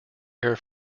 air